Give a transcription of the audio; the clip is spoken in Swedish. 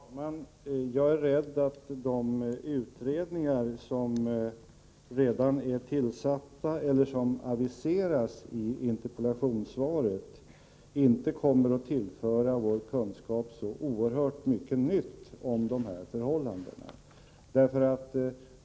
Fru talman! Jag är rädd för att de utredningar som redan är tillsatta eller som aviseras i interpellationssvaret inte kommer att tillföra vår kunskap särskilt mycket nytt om dessa förhållanden.